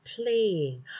playing